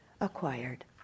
acquired